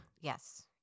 Yes